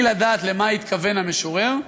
בלי לדעת למה התכוון המשורר,